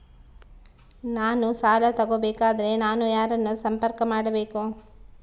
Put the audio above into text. ನಾನು ಸಾಲ ತಗೋಬೇಕಾದರೆ ನಾನು ಯಾರನ್ನು ಸಂಪರ್ಕ ಮಾಡಬೇಕು?